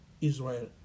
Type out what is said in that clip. Israel